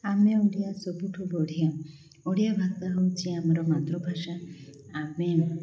ଆମେ ଓଡ଼ିଆ ସବୁଠୁ ବଢ଼ିଆ ଓଡ଼ିଆ ଭାଷା ହେଉଛି ଆମର ମାତୃଭାଷା ଆମେ